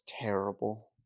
terrible